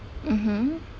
mmhmm